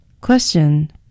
Question